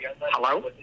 Hello